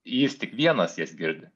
jis tik vienas jas girdi